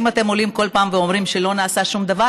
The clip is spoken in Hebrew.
אם אתם עולים כל פעם ואומרים שלא נעשה שום דבר,